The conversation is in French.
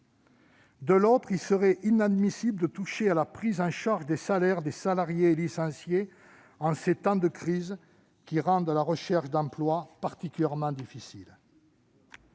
De l'autre, il serait inadmissible de toucher à la prise en charge des rémunérations des salariés licenciés en ces temps de crise qui rendent la recherche d'emploi particulièrement difficile.